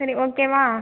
சரி ஓகேவா